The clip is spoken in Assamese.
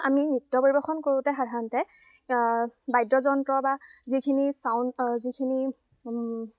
আমি নৃত্য পৰিৱেশন কৰোঁতে সাধাৰণতে বাদ্যযন্ত্ৰ বা যিখিনি চাউণ্ড যিখিনি